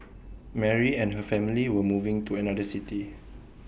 Mary and her family were moving to another city